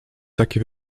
taki